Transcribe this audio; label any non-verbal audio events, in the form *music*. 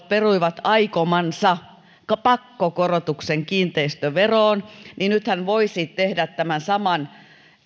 *unintelligible* peruivat aikomansa pakkokorotuksen kiinteistöveroon niin nythän voisi tehdä tämän saman